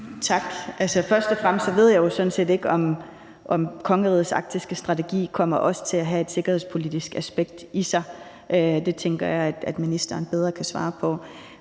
først og fremmest ved jeg jo sådan set ikke, om kongerigets arktiske strategi også kommer til at have et sikkerhedspolitiske aspekt i sig. Det tænker jeg at ministeren bedre kan svare på.